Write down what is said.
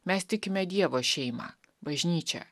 mes tikime dievo šeimą bažnyčią